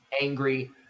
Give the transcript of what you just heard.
angry